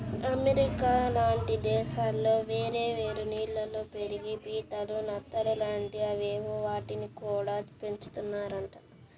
America లాంటి దేశాల్లో వేరే వేరే నీళ్ళల్లో పెరిగే పీతలు, నత్తలు లాంటి అవేవో వాటిని గూడా పెంచుతున్నారంట